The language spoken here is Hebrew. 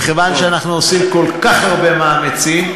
מכיוון שאנחנו עושים כל כך הרבה מאמצים,